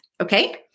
Okay